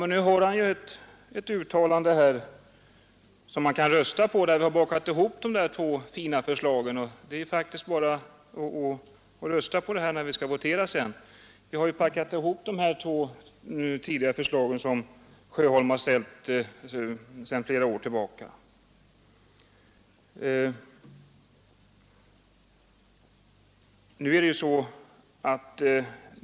Nu har han ett uttalande som han kan rösta på, där vi bakat ihop de två fina förslag som herr Sjöholm ställt sedan flera år tillbaka.